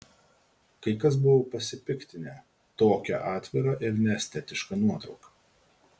kai kas buvo pasipiktinę tokia atvira ir neestetiška nuotrauka